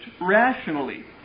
rationally